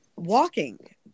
Walking